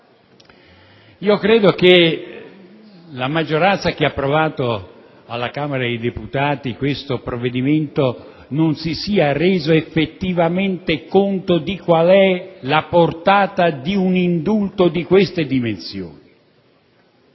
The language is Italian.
Credo che la maggioranza che ha approvato alla Camera dei deputati questo provvedimento non si sia resa effettivamente conto di quale sia la portata di un indulto di queste dimensioni: